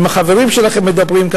אם החברים שלכם מדברים,